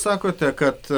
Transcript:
sakote kad